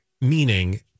meaning